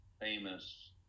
famous